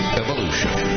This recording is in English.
evolution